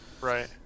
Right